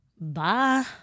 Bye